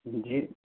جی